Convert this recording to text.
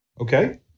Okay